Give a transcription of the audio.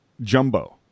Jumbo